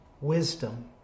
wisdom